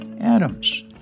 Adams